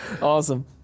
Awesome